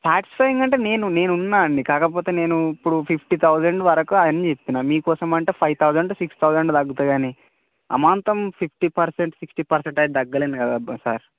satisfying అంటే నేను నేను ఉన్నా అండి కాకపోతే నేను ఇప్పుడు ఫిఫ్టీ తౌజండ్ వరకు అరేంజ్ చేస్తున్నా మీ కోసం అంటే ఫైవ్ తౌజండ్ సిక్స్ తౌజండ్ తగ్గుతా గానీ అమాంతం ఫిఫ్టీ పర్సెంట్ సిక్స్టీ పర్సెంట్ అయితే తగ్గలేను కదా అబ్బా సార్